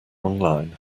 online